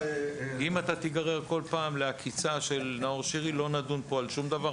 אם אתה תיגרר כל פעם לעקיצה של נאור שירי לא נדון פה על שום דבר,